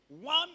One